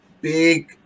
big